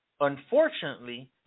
Unfortunately